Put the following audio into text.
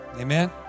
Amen